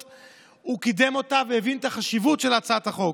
הוא קידם אותה והבין את החשיבות של הצעת החוק.